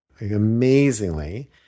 amazingly